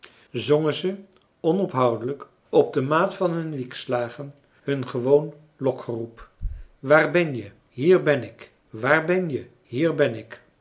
zongen ze onophoudelijk op de maat van hun wiekslagen hun gewoon lokgeroep waar ben je hier ben ik waar ben je hier ben ik